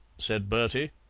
said bertie.